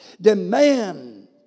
demand